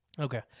Okay